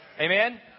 Amen